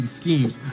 schemes